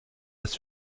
ist